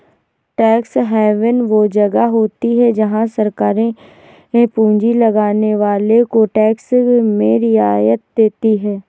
tax haven वो जगह होती हैं जहाँ सरकारे पूँजी लगाने वालो को टैक्स में रियायत देती हैं